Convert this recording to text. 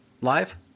live